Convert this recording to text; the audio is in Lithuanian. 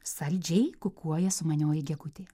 saldžiai kukuoja sumanioji gegutė